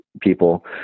people